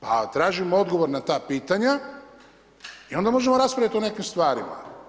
Pa tražim odgovor na ta pitanja i onda možemo raspraviti o nekim stvarima.